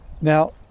now